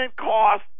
cost